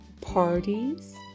parties